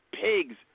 pigs